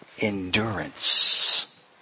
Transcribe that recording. endurance